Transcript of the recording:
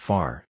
Far